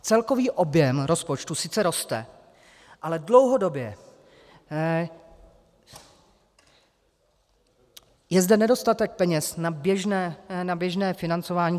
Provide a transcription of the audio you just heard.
Celkový objem rozpočtu sice roste, ale dlouhodobě je zde nedostatek peněz na běžné financování...